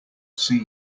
see